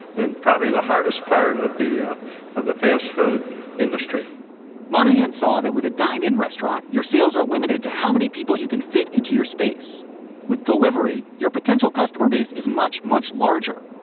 probably the hardest part of the ah of the fast food industry monahan's saw that with a dine in restaurant. your sales are limited to how many people you can fit into your space with delivery. your potential customer base is much, much larger.